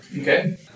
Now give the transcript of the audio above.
Okay